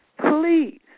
please